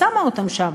שמה אותם שם.